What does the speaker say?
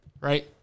right